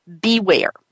beware